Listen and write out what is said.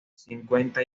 cincuenta